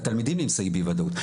התלמידים נמצאים באי וודאות,